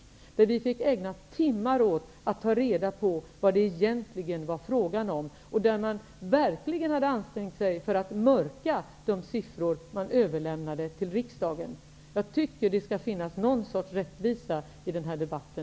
Vi måste ägna timmar åt att ta reda på vad det egentligen var fråga om, och man hade verkligen ansträngt sig för att mörka de siffror som överlämnats till riksdagen. Det måste finnas någon rättvisa i den här debatten,